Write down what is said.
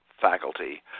faculty